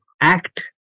act